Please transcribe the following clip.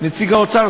נציג האוצר,